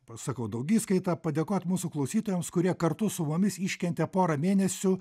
pasakau daugiskaita padėkot mūsų klausytojams kurie kartu su mumis iškentė porą mėnesių